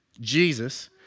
Jesus